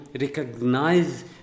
recognize